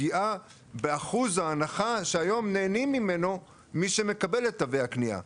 לפגיעה באחוז ההנחה שהיום נהנים ממנה מי שמקבל את תווי הקנייה.